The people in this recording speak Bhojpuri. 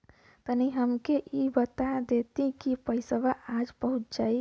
तनि हमके इ बता देती की पइसवा आज पहुँच जाई?